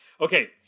Okay